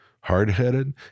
hard-headed